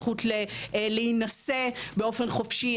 הזכויות להינשא באופן חופשי,